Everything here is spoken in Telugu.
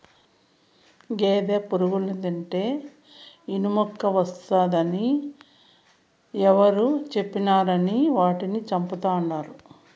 గేదె పురుగుల్ని తింటే ఇనుమెక్కువస్తాది అని ఎవరు చెప్పినారని వాటిని చంపతండాడు